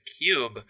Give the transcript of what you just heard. Cube